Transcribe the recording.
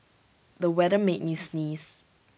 the weather made me sneeze